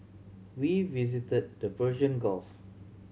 we visit the Persian Gulf